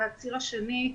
והציר השני,